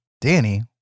Danny